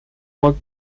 mois